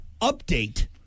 update